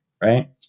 right